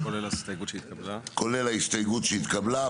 כולל ההסתייגות שהתקבלה,